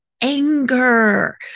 anger